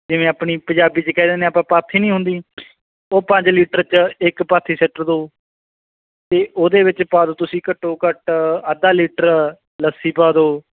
ਜਿਵੇਂ ਆਪਣੀ ਪੰਜਾਬੀ 'ਚ ਕਹਿ ਦਿੰਦੇ ਆਪਾਂ ਪਾਥੀ ਨਹੀਂ ਹੁੰਦੀ ਉਹ ਪੰਜ ਲੀਟਰ 'ਚ ਇੱਕ ਪਾਥੀ ਸੁੱਟ ਦਿਓ ਅਤੇ ਉਹਦੇ ਵਿੱਚ ਪਾ ਦਿਓ ਤੁਸੀਂ ਘੱਟੋ ਘੱਟ ਅੱਧਾ ਲੀਟਰ ਲੱਸੀ ਪਾ ਦਿਓ